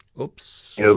Oops